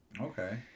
Okay